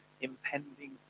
impending